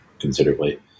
considerably